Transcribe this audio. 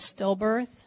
stillbirth